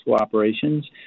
operations